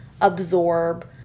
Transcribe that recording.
absorb